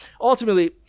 ultimately